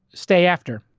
stay after.